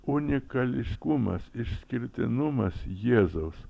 unikališkumas išskirtinumas jėzaus